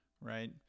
right